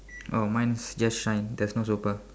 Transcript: oh mine is just shine there also but